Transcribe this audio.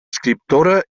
escriptora